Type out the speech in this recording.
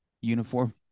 uniform